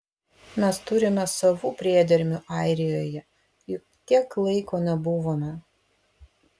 mes turime savų priedermių airijoje juk tiek laiko nebuvome